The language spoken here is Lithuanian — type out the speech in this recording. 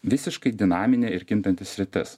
visiškai dinaminė ir kintanti sritis